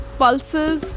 pulses